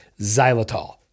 xylitol